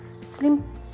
slim